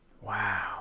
Wow